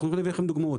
אנחנו נביא לכם דוגמאות.